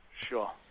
Sure